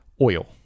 oil